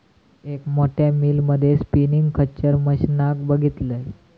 एक मोठ्या मिल मध्ये स्पिनींग खच्चर मशीनका बघितलंय